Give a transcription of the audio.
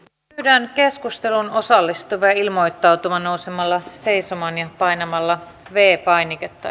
pyydän keskusteluun osallistuvia ilmoittautumaan nousemalla seisomaan ja painamalla v painiketta